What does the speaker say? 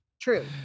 true